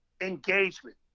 engagement